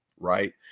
right